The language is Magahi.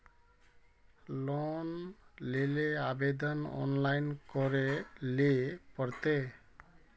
लोन लेले आवेदन ऑनलाइन करे ले पड़ते?